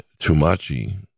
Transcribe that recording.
Tumachi